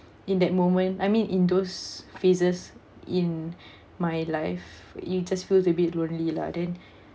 in that moment I mean in those phases in my life you just feel a bit lonely lah then